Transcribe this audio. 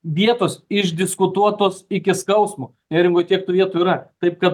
vietos išdiskutuotos iki skausmo neringoj kiek tų vietų taip kad